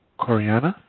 coriana.